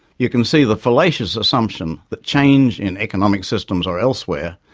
you can see the fallacious assumption that change, in economic systems or elsewhere,